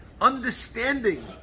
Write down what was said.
Understanding